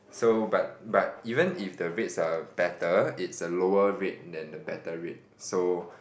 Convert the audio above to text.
so but but even if the rates are better it's a lower rate then the better rate so